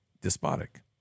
despotic